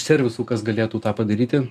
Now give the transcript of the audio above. servisų kas galėtų tą padaryti